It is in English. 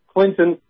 Clinton